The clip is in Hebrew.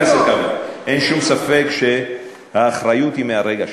אין שום ספק שהאחריות היא מהרגע שנבחרת.